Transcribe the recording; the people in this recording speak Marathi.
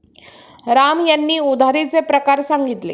राम यांनी उधारीचे प्रकार सांगितले